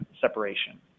separation